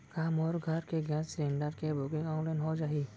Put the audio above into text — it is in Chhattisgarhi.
का मोर घर के गैस सिलेंडर के बुकिंग ऑनलाइन हो जाही?